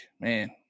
man